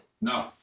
No